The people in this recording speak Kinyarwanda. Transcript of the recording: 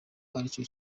aricyo